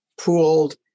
pooled